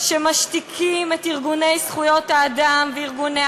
שמשתיקים את ארגוני זכויות האדם וארגוני